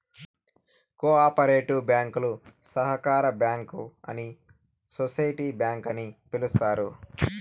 co operative బ్యాంకులు సహకార bank అని సోసిటీ బ్యాంక్ అని పిలుత్తారు